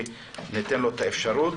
שניתן לו את האפשרות.